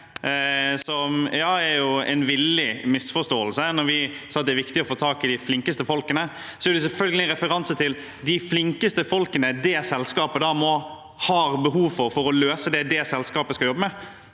er en villet misforståelse. Da vi sa at det er viktig å få tak i de flinkeste folkene, er det selvfølgelig en referanse til de flinkeste folkene det selskapet har behov for for å løse det som det selskapet skal jobbe med.